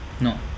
No